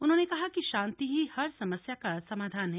उन्होंने कहा कि शांति ही हर समस्या का समाधान है